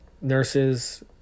nurses